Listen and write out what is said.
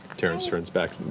terrence turns back